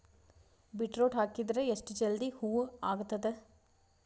Beetroot ಹಾಕಿದರ ಎಷ್ಟ ಜಲ್ದಿ ಹೂವ ಆಗತದ?